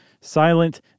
silent